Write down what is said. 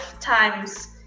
times